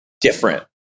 different